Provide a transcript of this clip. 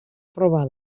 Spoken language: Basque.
proba